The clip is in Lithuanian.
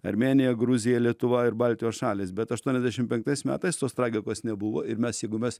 armėnija gruzija lietuva ir baltijos šalys bet aštuoniasdešim penktais metais tos tragikos nebuvo ir mes jeigu mes